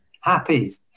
happy